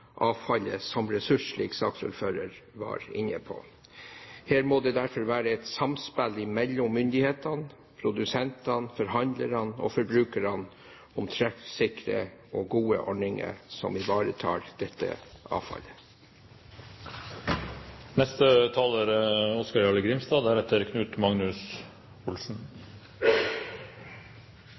avfallet som ressurs, slik saksordføreren var inne på. Her må det derfor være et samspill mellom myndighetene, produsentene, forhandlerne og forbrukerne om treffsikre og gode ordninger som ivaretar dette avfallet.